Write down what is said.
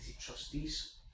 trustees